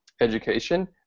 education